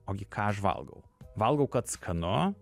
ogi ką aš valgau valgau kad skanu